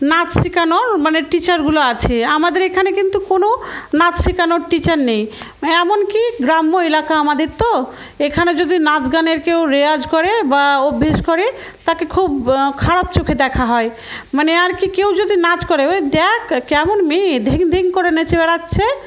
নাচ শেখানোর মানে টিচারগুলো আছে আমাদের এখানে কিন্তু কোনো নাচ শেখানোর টিচার নেই এমনকি গ্রাম্য এলাকা আমাদের তো এখানে যদি নাচ গানের কেউ রেয়াজ করে বা অভ্যেস করে তাকে খুব খারাপ চোখে দেখা হয় মানে আর কি কেউ যদি নাচ করে ওই দেখ কেমন মেয়ে ধিং ধিং করে নেচে বেড়াচ্ছে